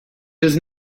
his